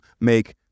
make